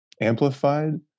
amplified